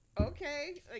okay